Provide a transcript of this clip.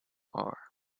are